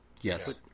yes